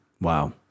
Wow